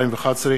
2011,